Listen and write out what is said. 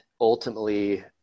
ultimately